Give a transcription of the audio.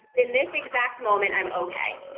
in this exact moment, i'm okay.